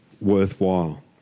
worthwhile